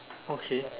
okay